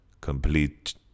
Complete